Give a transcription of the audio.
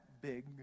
big